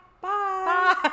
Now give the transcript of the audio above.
bye